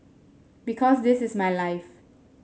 because this is my life